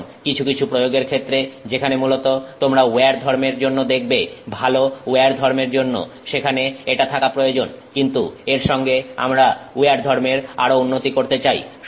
এখন কিছু কিছু প্রয়োগের ক্ষেত্রে যেখানে মূলত তোমরা উইয়ার ধর্মের জন্য দেখবে ভালো উইয়ার ধর্মের জন্য সেখানে এটা থাকা প্রয়োজন কিন্তু এর সঙ্গে আমরা উইয়ার ধর্মের আরো উন্নতি করতে চাই